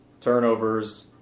turnovers